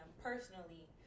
personally